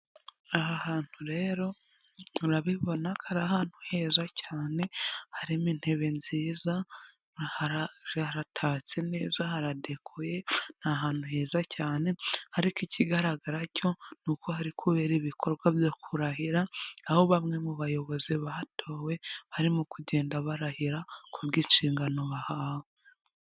Aha hantu rero murabibona ko ari ahantu heza cyane. Harimo intebe nziza haratatse neza haradekoye ni ahantu heza cyane. Ariko ikigaragara cyo ni uko hari kubera ibikorwa byo kurahira, aho bamwe mu bayobozi batowe barimo kugenda barahira kubwo inshingano bahawe.